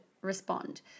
respond